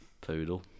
poodle